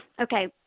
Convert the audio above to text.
Okay